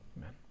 Amen